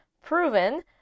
proven